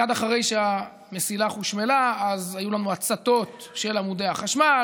מייד אחרי שהמסילה חושמלה היו לנו הצתות של עמודי החשמל,